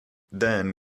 then